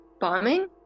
bombing